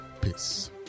Peace